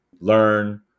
learn